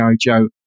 Joe